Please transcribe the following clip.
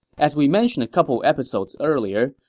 as we mentioned a couple episodes earlier,